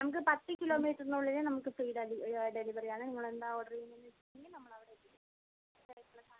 നമുക്ക് പത്ത് കിലോ മീറ്ററിനുള്ളിൽ നമുക്ക് ഫ്രീ ഡലി ഡെലിവറിയാണ് നിങ്ങളെന്താ ഓർഡർ ചെയ്യുന്നതെന്ന് വെച്ചിട്ടുണ്ടെങ്കിൽ നമ്മൾ അവിടെ എത്തിക്കും കൃത്യമായിട്ടുള്ള സാധനങ്ങൾ